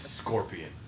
scorpion